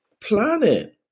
planet